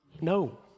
No